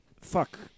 Fuck